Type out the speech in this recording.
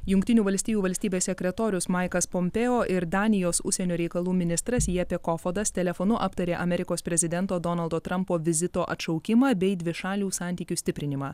jungtinių valstijų valstybės sekretorius maikas pompėo ir danijos užsienio reikalų ministras jėpė kofodas telefonu aptarė amerikos prezidento donaldo trampo vizito atšaukimą bei dvišalių santykių stiprinimą